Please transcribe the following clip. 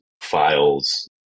files